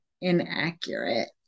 inaccurate